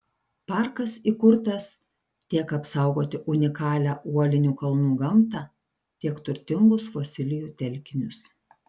parkas įkurtas tiek apsaugoti unikalią uolinių kalnų gamtą tiek turtingus fosilijų telkinius